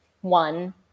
one